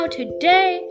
today